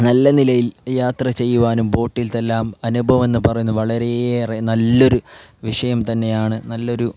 നല്ല നിലയിൽ യാത്ര ചെയ്യുവാനും ബോട്ടിലെ എല്ലാം അനുഭവം എന്നുപറയുന്നത് വളരെയേറെ നല്ലൊരു വിഷയം തന്നെയാണ് നല്ലൊരു